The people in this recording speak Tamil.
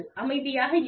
அமைதியாக இருங்கள்